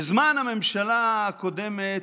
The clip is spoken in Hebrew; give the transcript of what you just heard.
בזמן הממשלה הקודמת,